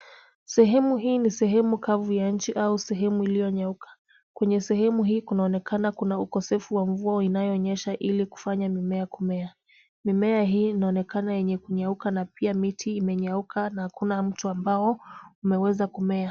Sehemu hii ni sehemu kavu ya nchi au sehemu iliyonyauka, kwenye sehemu hii kunaonekana kuna ukosefu wa mvua inayonyesha ilikufanya mimea kumea, mimea hii inaonekana yenye kunyauka na pia miti imenyauka na hakuna mti ambao umeweza kumea.